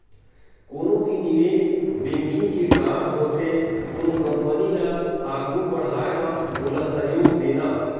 कोनो भी निवेस बेंकिग के काम होथे कोनो कंपनी ल आघू बड़हाय म ओला सहयोग देना